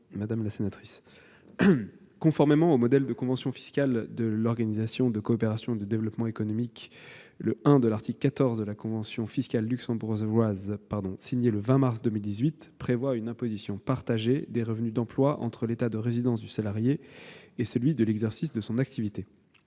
Madame la sénatrice, conformément au modèle de convention fiscale de l'Organisation de coopération et de développement économiques, l'OCDE, le 1 de l'article 14 de la convention fiscale franco-luxembourgeoise signée le 20 mars 2018 prévoit une imposition partagée des revenus d'emploi entre l'État de résidence du salarié et celui de l'exercice de son activité.